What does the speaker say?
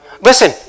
Listen